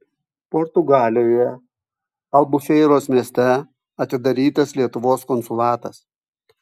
portugalijoje albufeiros mieste atidarytas lietuvos konsulatas